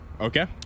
Okay